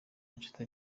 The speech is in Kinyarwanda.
nshuti